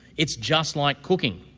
it's just like cooking.